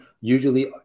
Usually